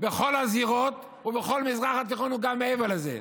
בכל הזירות ובכל המזרח התיכון, וגם מעבר לזה.